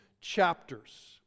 chapters